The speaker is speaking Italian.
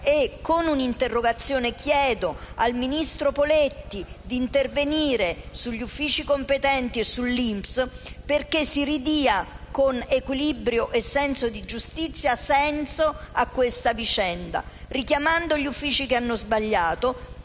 Con un'interrogazione chiedo al ministro Poletti di intervenire sugli uffici competenti e sull'INPS, perché si ridia, con equilibrio e senso di giustizia, senso a questa vicenda, richiamando gli uffici che hanno sbagliato,